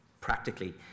practically